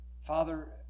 Father